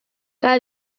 que